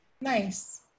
Nice